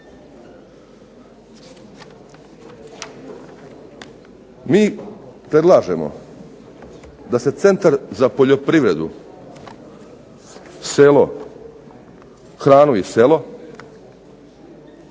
Mi predlažemo da se Centar za poljoprivredu, selo, hranu i selo,